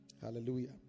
hallelujah